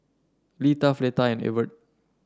Litha Fleta and Evert